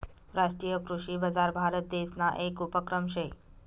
राष्ट्रीय कृषी बजार भारतदेसना येक उपक्रम शे